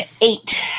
eight